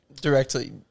directly